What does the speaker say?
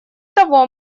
того